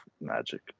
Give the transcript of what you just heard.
magic